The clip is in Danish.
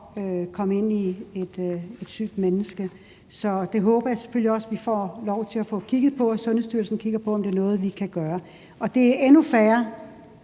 donere det til et sygt menneske. Det håber jeg selvfølgelig også at vi får lov til at kigge på, og at Sundhedsstyrelsen kigger på, om det er noget, vi kan gøre. Det er endnu færre,